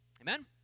Amen